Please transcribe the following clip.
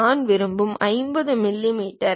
நான் விரும்புவது 50 மில்லிமீட்டர்கள்